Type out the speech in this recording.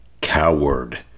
coward